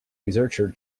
researcher